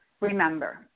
Remember